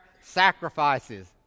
sacrifices